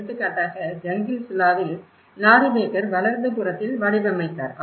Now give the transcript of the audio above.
எடுத்துக்காட்டாக ஜங்கிள் சுலாவில் Laurie Baker வலது புறத்தில் வடிவமைத்தார்